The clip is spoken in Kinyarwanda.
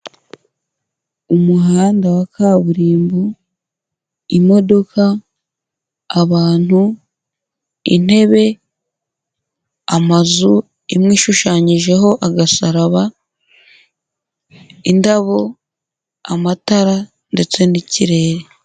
Umuhanda wa kaburimbo, imodoka, abantu, intebe, amazu imwe ishushanyijeho agasaraba, indabo, amatara ndetse n'ikirere.